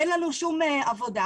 אין לנו שום עבודה.